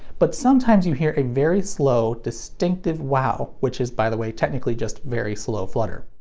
but sometimes, you hear a very slow, distinctive wow, which is by the way technically just very slow flutter.